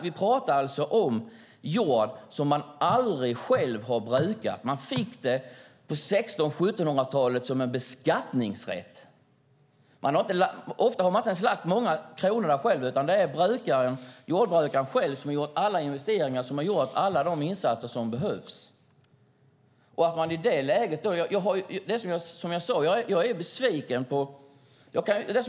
Vi pratar alltså om jord som man aldrig själv har brukat. Man fick den på 1600 eller 1700-talet som en beskattningsrätt. Ofta har man inte ens lagt några av kronorna själv, utan det är jordbrukaren själv som har gjort alla investeringar och alla de insatser som behövs. Som jag sade är jag besviken.